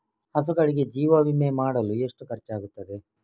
ಹಸುಗಳಿಗೆ ಜೀವ ವಿಮೆ ಮಾಡಲು ಎಷ್ಟು ಖರ್ಚಾಗುತ್ತದೆ?